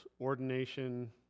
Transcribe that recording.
ordination